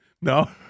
no